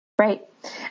right